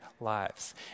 lives